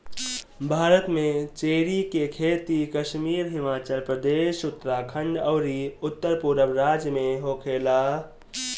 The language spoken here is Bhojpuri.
भारत में चेरी के खेती कश्मीर, हिमाचल प्रदेश, उत्तरखंड अउरी उत्तरपूरब राज्य में होखेला